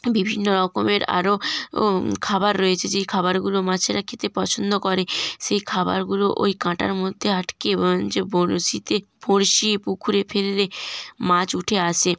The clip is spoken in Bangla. বিভিন্ন রকমের আরও ও খাবার রয়েছে যেই খাবারগুলো মাছেরা খেতে পছন্দ করে সেই খাবারগুলো ওই কাঁটার মধ্যে আটকে যে বড়শিতে বড়শি পুকুরে ফেললে মাছ উঠে আসে